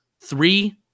three